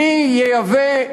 מי ייבא,